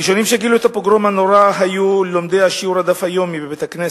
הראשונים שגילו את הפוגרום הנורא היו לומדי שיעור הדף היומי בבית-הכנסת,